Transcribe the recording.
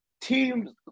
Teams